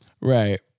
Right